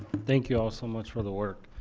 thank you all so much for the work.